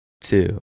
two